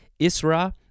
Isra